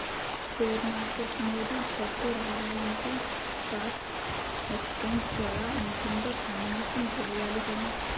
share market మీద పట్టు రావాలంటే స్టాక్ ఎక్సేంజ్ ఎలా ఉంటుందో కనీసం తెలియాలి కదా